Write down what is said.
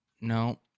No